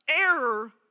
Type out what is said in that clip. error